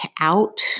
out